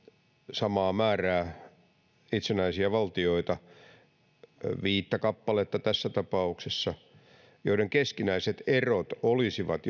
samaa määrää itsenäisiä valtioita jossain päin maailmaa viittä kappaletta tässä tapauksessa joiden keskinäiset erot olisivat